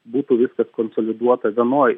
būtų viskas konsoliduota vienoj